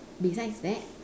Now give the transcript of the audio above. besides that